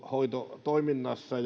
hoito toiminnassa